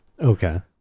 okay